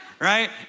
Right